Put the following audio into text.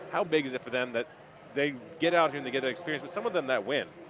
how big is it for them that they get out here and get experience, but some of them that win?